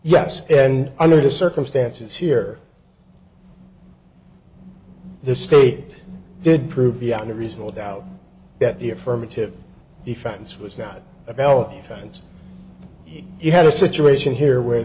yes and under the circumstances here the state did prove beyond a reasonable doubt that the affirmative defense was not a valid founds you had a situation here where